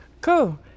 cool